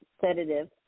sedative